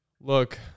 Look